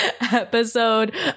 episode